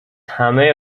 همهی